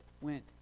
went